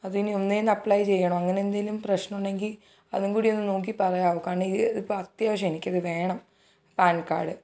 അതിനി ഒന്നിൽനിന്ന് അപ്ലൈ ചെയ്യണോ അങ്ങനെ എന്തെങ്കിലും പ്രശ്നം ഉണ്ടെങ്കിൽ അതുംകൂടിയൊന്ന് നോക്കി പറയാമോ കാരണം ഇത് ഇപ്പോൾ അത്യാവശ്യമാണ് എനിക്കത് വേണം പാൻ കാർഡ്